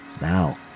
Now